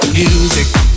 Music